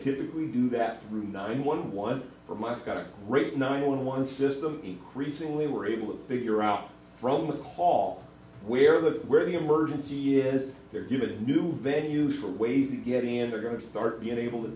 typically do that through nine one one from i've got a rate nine one one system increasingly we're able to figure out from the hall where the where the emergency is they're given a new venue for ways to get in and they're going to start being able to